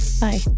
Bye